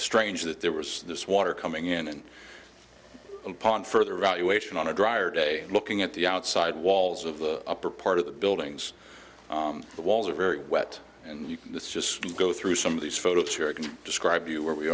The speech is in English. strange that there was this water coming in and upon further evaluation on a drier day and looking at the outside walls of the upper part of the buildings the walls are very wet and you can this just go through some of these photos here i can describe you where we